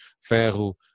Ferro